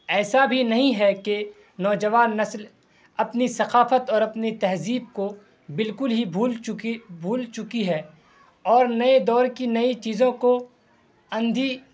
ایسا بھی نہیں ہے کہ نوجوان نسل اپنی ثقافت اور اپنی تہذیب کو بالکل ہی بھول چکی بھول چکی ہے اور نئے دور کی نئی چیزوں کو اندھی